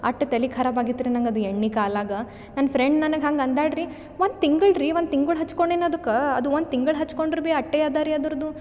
ಅಷ್ಟ್ ತಲಿ ಖರಾಬ್ ಆಗಿತ್ರಿ ನಂಗೆ ಅದು ಎಣ್ಣೆ ಕಾಲಾಗ ನನ್ನ ಫ್ರೆಂಡ್ ನನಗೆ ಹಂಗೆ ಅಂದಾಳ್ರಿ ಒಂದು ತಿಂಗಳ್ರಿ ಒಂದು ತಿಂಗಳ್ ಹಚ್ಕೊಂಡಿನಿ ಅದಕ್ಕೆ ಅದು ಒಂದು ತಿಂಗ್ಳು ಹಚ್ಕೊಂಡ್ರೆ ಬಿ ಅಟ್ಟೆ ಅದಾರಿ ಅದ್ರದು